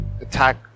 attack